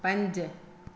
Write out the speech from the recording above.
पंज